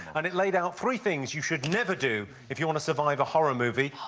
and it laid out three things you should never do if you want to survive a horror movie.